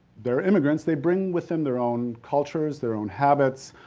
they're immigrants, they bring with them their own cultures, their own habits.